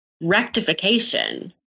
rectification